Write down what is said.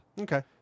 Okay